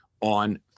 on